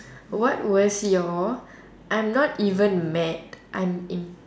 what was your I'm not even mad I'm in